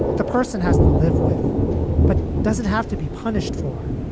the person has to live with but doesn't have to be punished for